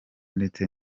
ndetse